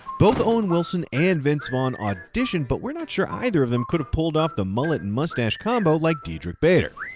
both owen wilson and vince vaughn auditioned, but we're not sure either of them could've pulled off the mullet-mustache combo like diedrich bader.